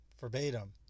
verbatim